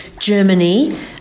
Germany